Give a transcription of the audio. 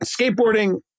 skateboarding